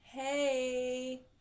hey